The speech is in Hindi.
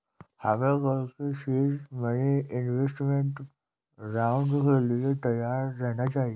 हमें कल के सीड मनी इन्वेस्टमेंट राउंड के लिए तैयार रहना चाहिए